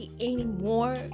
anymore